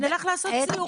נלך לעשות סיור,